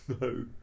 No